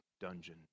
dungeon